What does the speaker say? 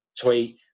tweet